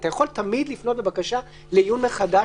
אתה יכול תמיד לפנות בבקשה לעיון מחדש.